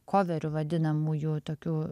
koverių vadinamųjų tokių